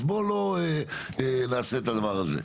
אז בוא לא נעשה את הדבר הזה.